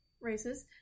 races